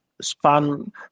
span